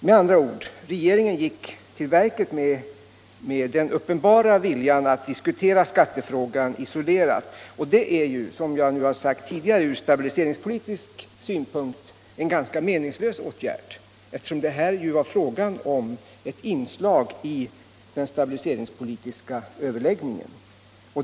Med andra ord: Regeringen gick till verket med den uppenbara viljan att diskutera skattefrågan isolerat, och det är, som jag sagt tidigare, ur stabiliseringspolitisk synpunkt en ganska meningslös åtgärd, eftersom det här var fråga om ett inslag i den stabiliseringspolitiska överläggningen.